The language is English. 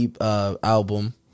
album